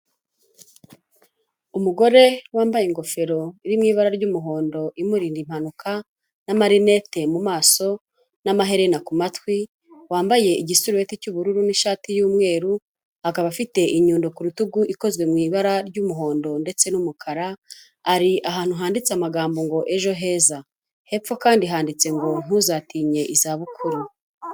Umugore wambaye ingofero iri mu ibara ry'umuhondo imurinda impanuka, n'amarinete mu maso, n'amaherena ku matwi, wambaye igisureti cy'ubururu n'ishati y'umweru, akaba afite inyundo ku rutugu ikozwe mu ibara ry'umuhondo ndetse n'umukara, ari ahantu handitse amagambo ngo Ejo Heza. Hepfo kandi handitse ngo ntuzatinye izabukuru.